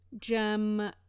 gem